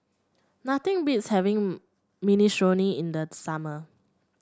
nothing beats having Minestrone in the summer